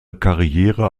karriere